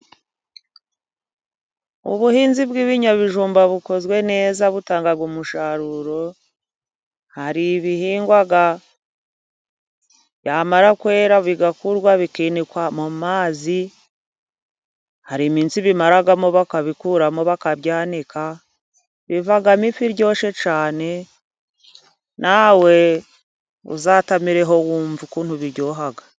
Ubuhinzi bw'ibinyabijumba bukozwe neza butanga umusaruro, hari ibihingwa byamara kwera bigakurwa, bikikwa mu mazi ,hari iminsi bimaramo bakabikuramo bakabyanika, bibamo ifu ryoshye cyane, nawe uzatamireho wumve ukuntu biryoha.